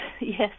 yes